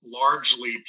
largely